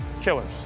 Killers